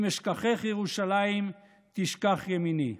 אם אשכחך ירושלים תשכח ימיני".